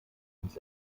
uns